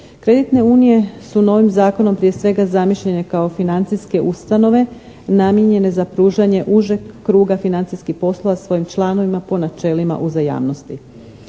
Kreditne unije su novim zakonom prije svega zamišljene kao financijske ustanove namijenjene za pružanje užeg kruga financijskih poslova svojim članovima po načelima uzajamnosti.